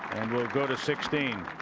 go to sixteen.